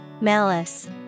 Malice